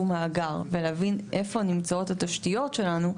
מאגר ולהבין איפה נמצאות התשתיות שלנו,